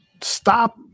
stop